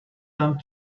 them